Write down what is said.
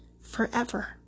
Forever